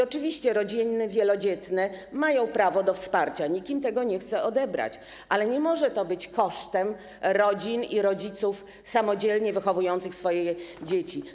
Oczywiście rodziny wielodzietne mają prawo do wsparcia, nikt im tego nie chce odebrać, ale nie może to się odbywać kosztem rodzin i rodziców samodzielnie wychowujących swoje dzieci.